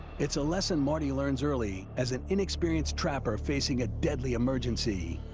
it's a lesson marty learns early as an inexperienced trapper facing a deadly emergency.